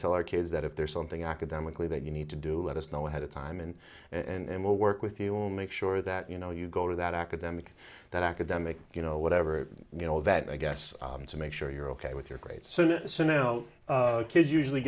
tell our kids that if there's something academically that you need to do let us know ahead of time and and work with you will make sure that you know you go to that academic that academic you know whatever you know that i guess to make sure you're ok with your grades so no kids usually